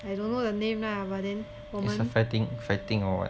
I don't know the name lah but then 我们